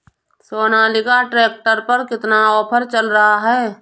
Sonalika tractor पर कितना offer चल रहा है?